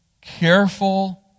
careful